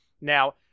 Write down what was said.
Now